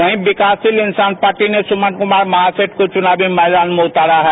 वहीं विकासशील इंसान पार्टी ने सुमन कुमार महासेठ को चुनावी मैदान में उतारा है